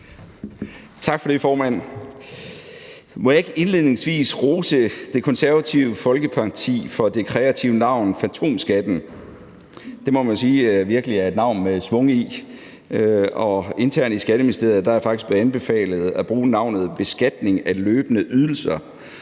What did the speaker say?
Tak for det, formand. Må jeg ikke indledningsvis rose Det Konservative Folkeparti for det kreative navn, fantomskatten; det må man sige virkelig er et navn med schwung i. Internt i Skatteministeriet er jeg faktisk blevet anbefalet at bruge navnet beskatning af løbende ydelser,